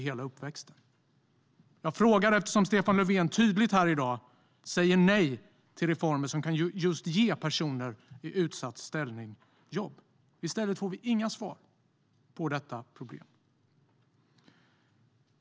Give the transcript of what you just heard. Jag frågar eftersom Stefan Löfven tydligt här i dag säger nej till reformer som just kan ge personer i utsatt ställning jobb. I stället får vi inga svar på detta problem.